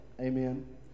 Amen